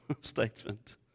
statement